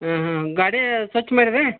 ಹಾಂ ಹಾಂ ಗಾಡಿ ಸ್ವಚ್ಛ ಮಾಡಿರಿ